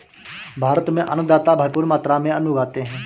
भारत में अन्नदाता भरपूर मात्रा में अन्न उगाते हैं